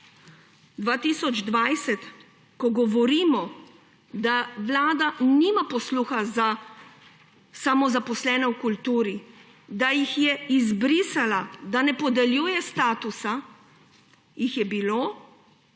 2020, ko govorimo, da Vlada nima posluha za samozaposlene v kulturi, da jih je izbrisala, da ne podeljuje statusa, jih je bilo